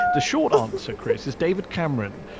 the short answer, chris, is david cameron,